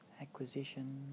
acquisition